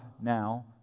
now